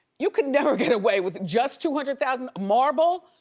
you can never get away with just two hundred thousand, marble?